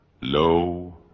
lo